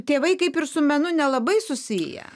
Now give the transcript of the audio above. tėvai kaip ir su menu nelabai susiję